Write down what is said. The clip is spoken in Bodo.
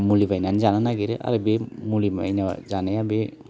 मुलि बायनानै जानो नागिरो आरो बे मुलि बायना जानाया बे